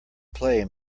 play